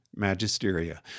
magisteria